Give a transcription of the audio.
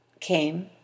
came